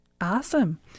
awesome